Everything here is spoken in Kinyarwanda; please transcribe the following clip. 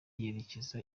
yerekeza